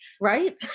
Right